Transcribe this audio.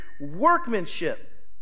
workmanship